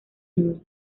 mundo